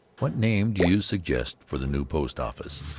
what name do you suggest for the new post-office?